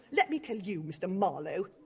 let me tell you, mr marlowe,